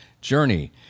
journey